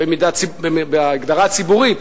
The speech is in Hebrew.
בהגדרה הציבורית,